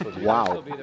Wow